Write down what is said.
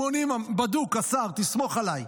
בדוק, השר, תסמוך עליי.